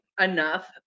enough